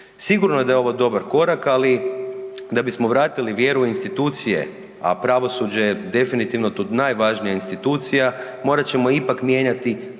Sigurno je da je ovo dobar korak, ali da bismo vratili vjeru u institucije, a pravosuđe je definitivno tu najvažnija institucija morat ćemo ipak mijenjati